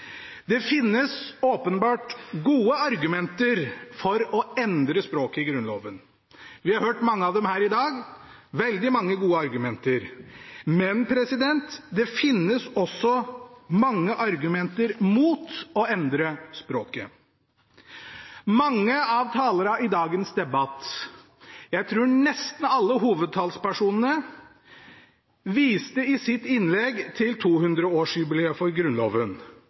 Det finnes åpenbart gode argumenter for å endre språket i Grunnloven. Vi har hørt mange av dem her i dag, veldig mange gode argumenter. Men det finnes også mange argumenter mot å endre språket. Mange av talerne i dagens debatt, jeg tror nesten alle hovedtalspersonene, viste i sine innlegg til 200-årsjubileet for Grunnloven.